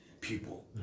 people